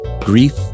grief